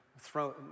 Throw